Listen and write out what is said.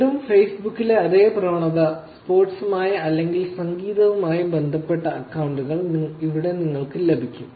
വീണ്ടും ഫേസ്ബുക്കിലെ അതേ പ്രവണത സ്പോർട്സുമായി അല്ലെങ്കിൽ സംഗീതവുമായി ബന്ധപ്പെട്ട അക്കൌണ്ടുകൾ ഇവിടെ നിങ്ങൾക്ക് ലഭിക്കും